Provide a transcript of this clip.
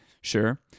Sure